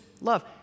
love